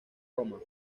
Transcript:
roma